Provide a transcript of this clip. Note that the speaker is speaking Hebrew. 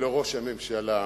ולראש הממשלה.